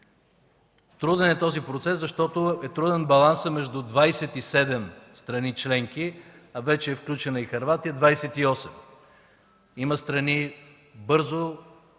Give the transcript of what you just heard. Труден е този процес, защото е труден балансът между 27 страни членки, а вече е включена и Хърватия – 28. Има страни бързо